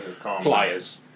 Pliers